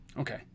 Okay